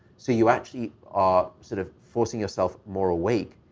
so you actually are sort of forcing yourself more awake.